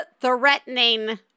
threatening